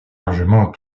largement